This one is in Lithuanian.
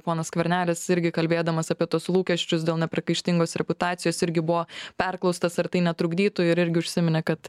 ponas skvernelis irgi kalbėdamas apie tuos lūkesčius dėl nepriekaištingos reputacijos irgi buvo perklaustas ar tai netrukdytų ir irgi užsiminė kad